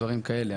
דברים כאלה,